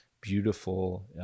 beautiful